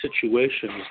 situations